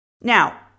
Now